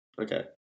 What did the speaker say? Okay